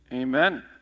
Amen